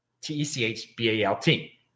T-E-C-H-B-A-L-T